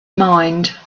mind